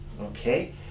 okay